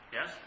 Yes